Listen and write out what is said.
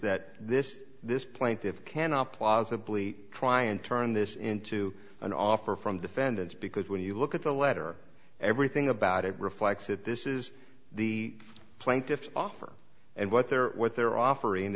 that this this plaintive cannot plausibly try and turn this into an offer from defendants because when you look at the letter everything about it reflects it this is the plaintiff's offer and what they're what they're offering